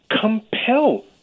compel